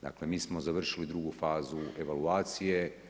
Dakle, mi smo završili drugu fazu evaluacije.